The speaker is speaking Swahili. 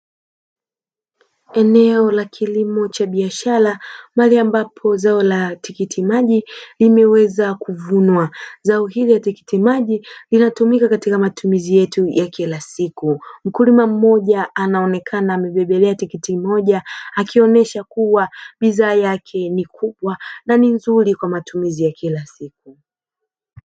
Eneo la kilimo cha biashara mahali ambapo zao la tikitimaji limewezwa kuvunwa zao hilo la tikitimaji linatumika katika matumizi yetu ya kila siku, mkulima mmoja anaonekana amebebelea tikiti moja akionyesha kuwa zao lake ni kubwa na ni nzuri kwa matumizi ya kila siku.